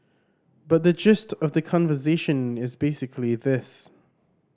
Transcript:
but the gist of the conversation is basically this